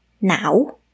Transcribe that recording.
now